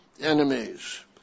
enemies